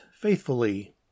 faithfully